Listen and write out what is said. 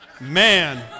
Man